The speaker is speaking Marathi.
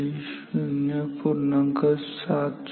ते 0